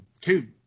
two